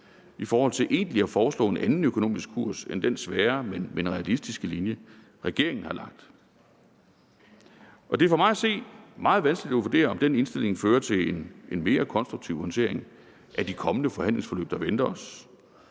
i forhold til egentlig at foreslå en anden økonomisk kurs end den svære, men realistiske linje, regeringen har lagt. Det er for mig at se meget vanskeligt at vurdere, om den indstilling fører til en mere konstruktiv håndtering af de kommende forhandlingsforløb, der venter os.